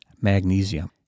magnesium